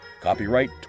Copyright